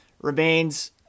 remains